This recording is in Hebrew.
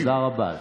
תודה רבה.